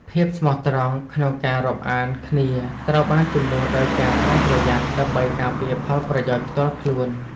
ភាពស្មោះត្រង់ក្នុងការរាប់អានគ្នាត្រូវបានជំនួសដោយការប្រុងប្រយ័ត្ន ដើម្បីការពារផលប្រយោជន៍ផ្ទាល់ខ្លួន។